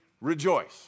rejoice